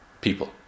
people